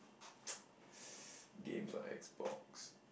games or XBox